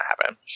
happen